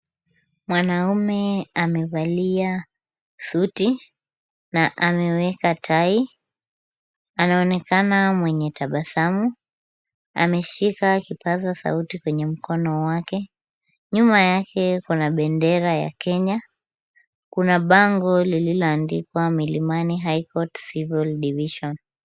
Mwanaume amevalia suti na ameweka tai. Anaonekana mwenye tabasamu. Ameshika kipaza sauti kwenye mkono wake. Nyuma yake kuna bendera ya Kenya. Kuna bango lililoandikwa Milimani high court civil division .